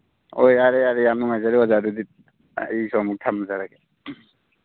ꯍꯣꯏ ꯌꯥꯔꯦ ꯌꯥꯔꯦ ꯌꯥꯝ ꯅꯨꯡꯉꯥꯏꯖꯔꯦ ꯑꯣꯖꯥ ꯑꯗꯨꯗꯤ ꯑꯩꯁꯨ ꯑꯃꯨꯛ ꯊꯝꯖꯔꯒꯦ